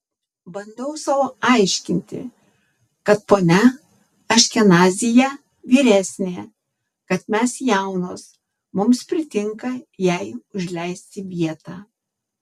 bandau sau aiškinti kad ponia aškenazyje vyresnė kad mes jaunos mums pritinka jai užleisti vietą